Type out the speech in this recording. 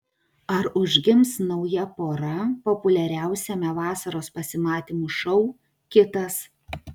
ar užgims nauja pora populiariausiame vasaros pasimatymų šou kitas